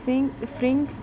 spring spring